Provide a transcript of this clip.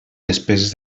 despeses